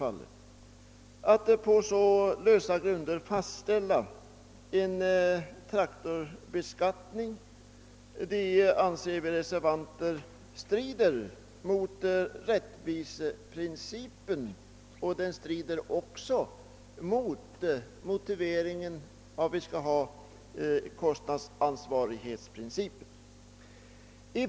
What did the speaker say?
Att på så lösa grunder fastställa en traktorbeskattning anser vi reservanter strida mot rättviseprincipen, liksom också mot den motiveringen att kostnadsansvarighetsprincipen skall tillämpas.